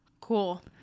Cool